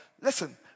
Listen